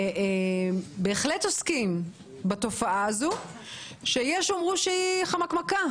שעוסקים בתופעה הזאת שיש שיאמרו שהיא חמקמקה